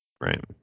Right